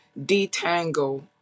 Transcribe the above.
detangle